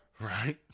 Right